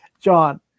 John